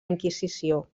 inquisició